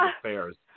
affairs